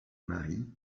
mari